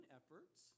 efforts